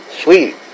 sweet